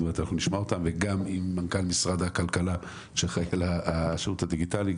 עם מנכ"ל משרד הכלכלה שאחראי על השירות הדיגיטלי,